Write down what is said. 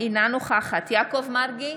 אינה נוכחת יעקב מרגי,